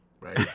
right